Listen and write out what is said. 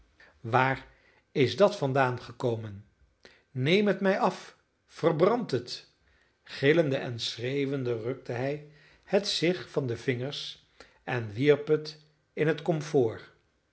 waar is dat vandaan gekomen neem het mij af verbrand het gillende en schreeuwende rukte hij het zich van de vingers en wierp het in het komfoor